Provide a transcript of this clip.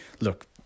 Look